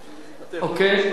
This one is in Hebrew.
אוקיי.